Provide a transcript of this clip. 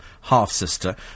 half-sister